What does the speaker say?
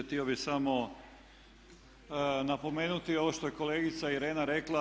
Htio bih samo napomenuti ovo što je kolega Irena rekla.